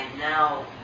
now